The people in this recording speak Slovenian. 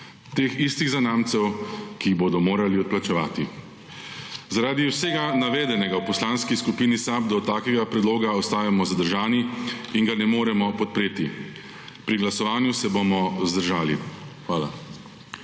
teh istih zanamcev, ki jih bodo morali odplačevati. Zaradi vsega navedenega v Poslanski skupini SAB do takega predloga ostajamo zadržani in ga ne moremo podpreti. Pri glasovanju se bomo vzdržali. Hvala.